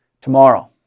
tomorrow